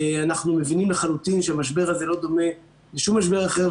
אנחנו מבינים לחלוטין שהמשבר הזה לא דומה לשום משבר אחר.